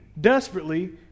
desperately